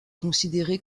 considérée